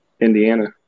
Indiana